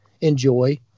enjoy